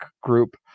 group